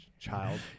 Child